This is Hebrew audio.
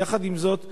יחד עם זאת,